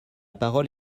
parole